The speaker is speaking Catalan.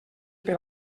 per